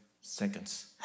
seconds